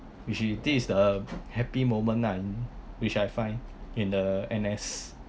which is this is the happy moment ah which I find in the N_S